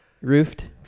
roofed